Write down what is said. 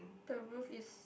the roof is